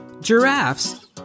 Giraffes